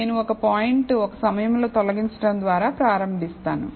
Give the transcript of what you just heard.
నేను ఒక పాయింట్ ఒక సమయంలో తొలగించడం ద్వారా ప్రారంభిస్తాను